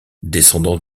descendant